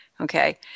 okay